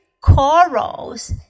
corals